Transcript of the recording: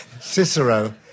Cicero